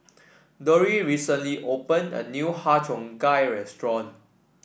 Dori recently opened a new Har Cheong Gai restaurant